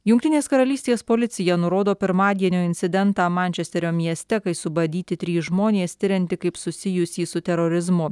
jungtinės karalystės policija nurodo pirmadienio incidentą mančesterio mieste kai subadyti trys žmonės tirianti kaip susijusį su terorizmu